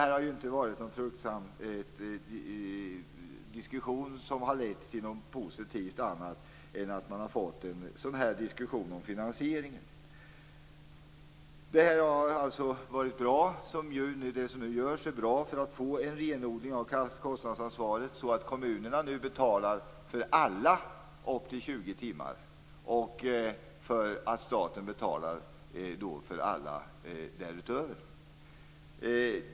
Detta har inte varit någon fruktsam diskussion som har lett till något positivt, utan det har endast varit en diskussion om finansieringen. Det som nu görs för att få en renodling av kostnadsansvaret är alltså bra. Kommunerna skall nu betala för alla, upp till 20 timmar, och staten betalar för alla därutöver.